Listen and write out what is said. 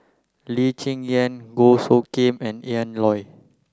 Lee Cheng Yan Goh Soo Khim and Ian Loy